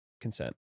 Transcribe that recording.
consent